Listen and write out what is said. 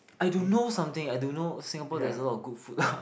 I do know something I do know Singapore there a lot of good food